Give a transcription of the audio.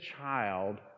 child